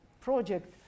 project